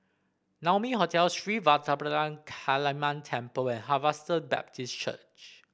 Naumi Hotel Sri Vadapathira Kaliamman Temple and Harvester Baptist Church